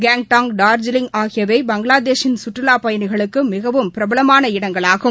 கேங்டாக் டார்ஜிலிங் ஆகியவை பங்ளாதேஷின் கற்றுலாப் பயணிகளுக்கு மிகவும் பிரபலமான இடங்களாகும்